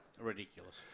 Ridiculous